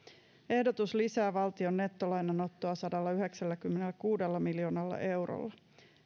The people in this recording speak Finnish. ehdotus lisää valtion nettolainanottoa sadallayhdeksälläkymmenelläkuudella miljoonalla eurolla